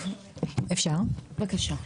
רותם, בבקשה.